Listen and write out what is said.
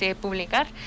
publicar